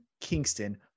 Kingston